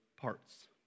parts